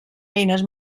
eines